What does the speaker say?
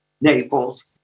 Naples